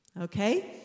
Okay